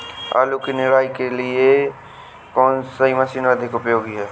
आलू की निराई के लिए कौन सी मशीन अधिक उपयोगी है?